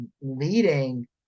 leading